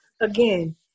again